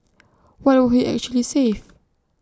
what would he actually save